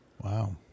Wow